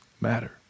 matter